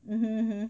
hmm